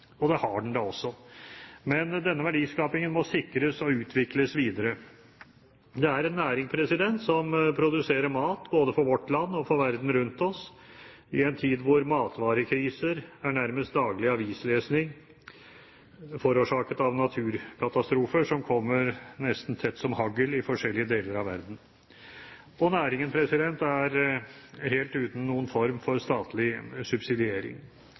og det har den da også. Men denne verdiskapingen må sikres og utvikles videre. Det er en næring som produserer mat både for vårt land og for verden rundt oss i en tid hvor matvarekriser nærmest er daglig avislesing, forårsaket av naturkatastrofer som kommer nesten tett som hagl i forskjellige deler av verden. Næringen er helt uten noen form for statlig subsidiering.